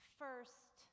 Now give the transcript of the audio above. first